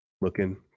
looking